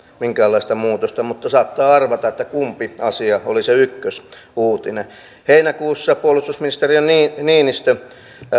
minkäänlaista muutosta mutta saattaa arvata kumpi asia oli se ykkösuutinen heinäkuussa puolustusministeri niinistö